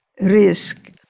risk